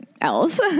else